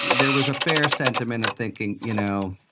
there was a fair sentiment of thinking, you know,